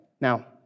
Now